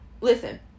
listen